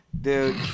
Dude